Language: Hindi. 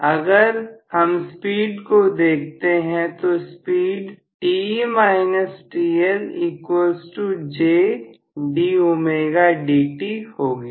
अब अगर हम स्पीड को देखते हैं तो स्पीड होगी